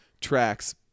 tracks